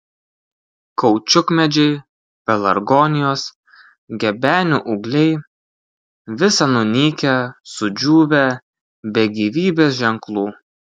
kaučiukmedžiai pelargonijos gebenių ūgliai visa nunykę sudžiūvę be gyvybės ženklų